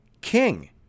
king